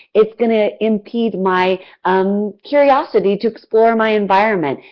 it's going to impede my um curiosity to explore my environment.